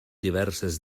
diverses